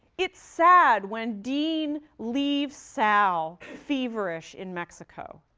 it's sad when dean leaves sal feverish in mexico.